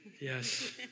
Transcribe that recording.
Yes